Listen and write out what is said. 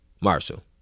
Marshall